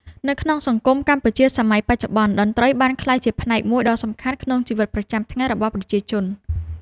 នៅក្នុងសង្គមកម្ពុជាសម័យបច្ចុប្បន្ន តន្ត្រីបានក្លាយជាផ្នែកមួយដ៏សំខាន់ក្នុងជីវិតប្រចាំថ្ងៃរបស់ប្រជាជន